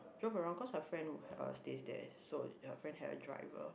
drove around cause our friend uh stays there so her friend have a driver